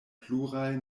pluraj